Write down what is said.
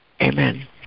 Amen